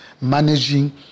managing